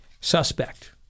suspect